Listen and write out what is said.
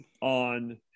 on